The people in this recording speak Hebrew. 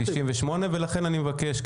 לכן אני מבקש,